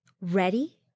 ready